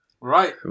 Right